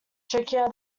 trickier